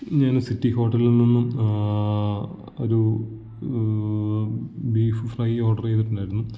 ഞാൻ ഇന്ന് സിറ്റി ഹോട്ടലിൽ നിന്നും ഒരു ബീഫ് ഫ്രൈ ഓർഡർ ചെയ്തിട്ടുണ്ടായിരുന്നു